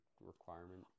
requirement